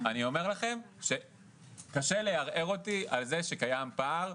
אני אומר לכם שקשה לערער אותי על זה שקיים פער,